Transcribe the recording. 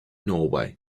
norway